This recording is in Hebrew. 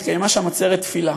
התקיימה שם עצרת תפילה.